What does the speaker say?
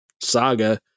saga